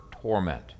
torment